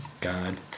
god